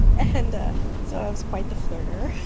and so i was quite the flirter.